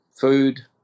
food